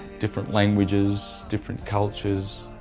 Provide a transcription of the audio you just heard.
different languages, different cultures,